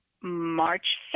March